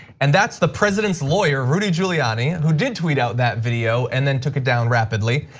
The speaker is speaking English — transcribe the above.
and that's the president's lawyer rudy giuliani who did tweet out that video, and then took it down rapidly.